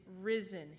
risen